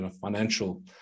financial